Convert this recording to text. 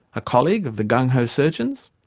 a colleague of the gung-ho surgeons?